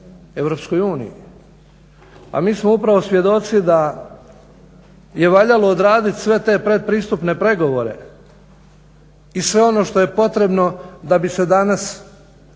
Hrvatske EU. A mi smo upravo svjedoci da je valjalo odradit sve te pretpristupne pregovore i sve ono što je potrebno da bi se danas